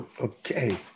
Okay